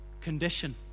condition